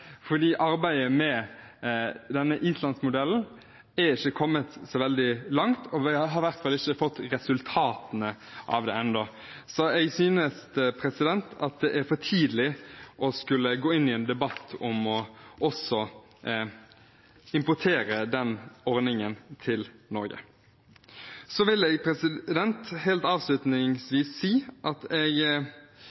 fordi arbeidet med denne Islandsmodellen ikke er kommet så veldig langt, og vi har i hvert fall ikke fått resultatene av den ennå. Så jeg synes det er for tidlig å skulle gå inn i en debatt om å importere den ordningen til Norge. Så vil jeg helt